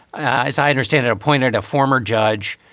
as i understand it, appointed a former judge,